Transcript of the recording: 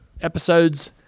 episodes